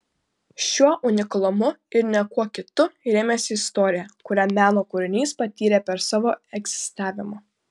šiuo unikalumu ir ne kuo kitu rėmėsi istorija kurią meno kūrinys patyrė per savo egzistavimą